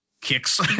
kicks